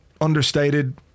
understated